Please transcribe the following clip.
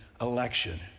election